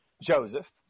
Joseph